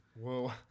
Whoa